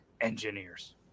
Engineers